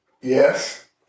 Yes